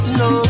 no